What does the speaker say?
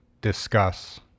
discuss